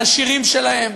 על השירים שלהם,